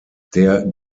der